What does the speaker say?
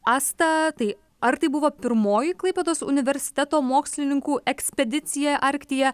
asta tai ar tai buvo pirmoji klaipėdos universiteto mokslininkų ekspedicija arktyje